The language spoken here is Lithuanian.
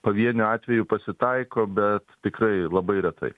pavienių atvejų pasitaiko bet tikrai labai retai